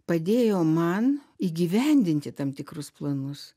padėjo man įgyvendinti tam tikrus planus